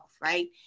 right